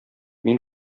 мин